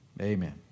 Amen